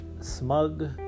smug